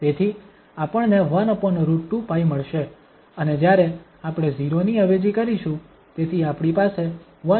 તેથી આપણને 1√2π મળશે અને જ્યારે આપણે 0 ની અવેજી કરીશું તેથી આપણી પાસે 1a iα છે